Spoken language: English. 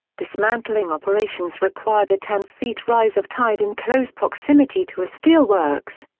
dismantling operations required a ten feet rise of tide and close proximity to a steel-works.